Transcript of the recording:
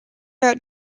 out